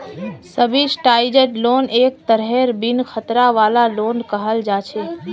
subsidised loan एक तरहेर बिन खतरा वाला लोन कहल जा छे